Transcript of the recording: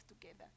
together